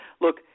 Look